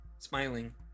smiling